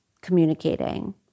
communicating